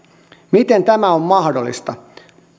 miten tämä on mahdollista